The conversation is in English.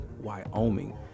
Wyoming